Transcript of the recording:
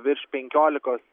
virš penkiolikos